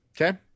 Okay